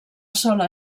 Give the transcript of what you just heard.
sola